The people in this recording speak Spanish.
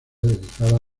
dedicadas